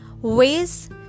ways